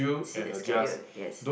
see the schedule yes